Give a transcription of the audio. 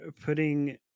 putting